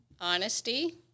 Honesty